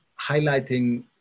highlighting